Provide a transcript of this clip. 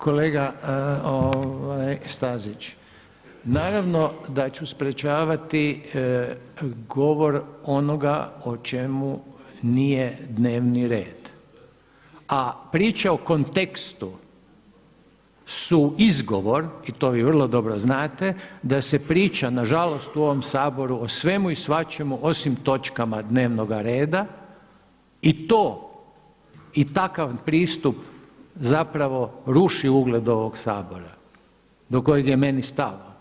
Kolega Stazić, naravno da ću sprječavati govor onoga o čemu nije dnevni red, a priče o kontekstu su izgovor i to vi vrlo dobro znate, da se priča na žalost u ovom Saboru o svemu i svačemu osim točkama dnevnoga reda i to i takav pristup zapravo ruši ugled ovog Sabora do kojeg je meni stalo.